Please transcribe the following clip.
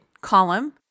column